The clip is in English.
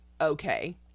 okay